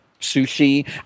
sushi